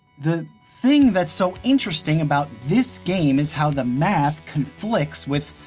the thing that's so interesting about this game is how the math conflicts with.